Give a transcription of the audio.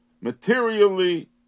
materially